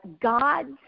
God's